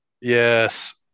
Yes